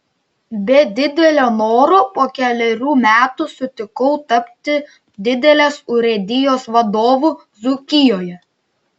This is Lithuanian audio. be didelio noro po kelerių metų sutikau tapti didelės urėdijos vadovu dzūkijoje